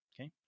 Okay